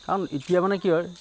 কাৰণ এতিয়া মানে কি হয়